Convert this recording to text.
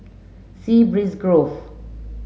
Sea Breeze Grove